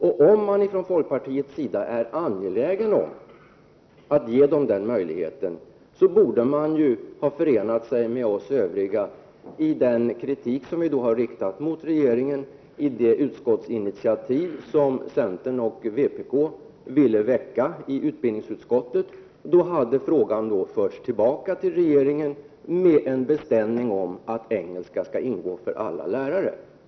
Om man i folkpartiet är angelägen om att ge lärarna den möjligheten, borde man ha förenat sig med oss i den kritik som vi har riktat mot regeringen i det utskottsinitiativ som centern och vpk ville väcka i utbildningsutskottet. Då hade frågan förts tillbaka till regeringen med en beställning om att utbildning i engelska skall ingå för alla lärare.